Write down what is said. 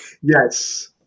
Yes